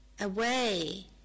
away